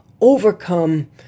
overcome